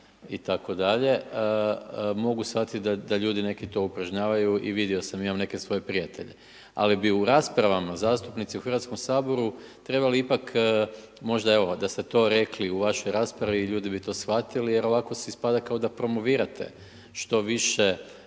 itd. Mogu shvatiti da ljudi neki to upražnjavaju i vidio sam, imam neke svoje prijatelje. Ali bi u raspravama, zastupnici u Hrvatskom saboru, trebali ipak, možda evo, da ste to rekli u vašoj raspravi, ljudi bi to shvatili jer ovako se ispada kao da promovirate što više